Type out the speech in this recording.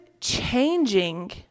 changing